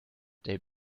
they